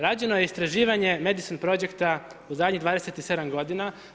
Rađeno je istraživanje Medi sin projekta u zadnjih 27 godina.